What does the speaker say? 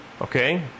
Okay